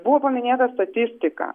buvo paminėta statistika